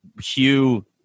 Hugh